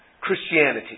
Christianity